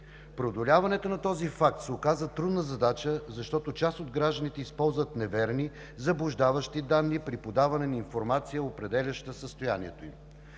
Преодоляването на този факт се оказа трудна задача, защото част от гражданите използват неверни, заблуждаващи данни при подаване на информация, определяща състоянието им.